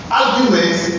arguments